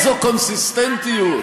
איזו קונסיסטנטיות.